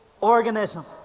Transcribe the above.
organism